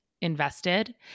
invested